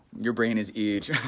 you're bringing is each,